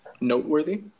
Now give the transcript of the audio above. noteworthy